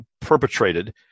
perpetrated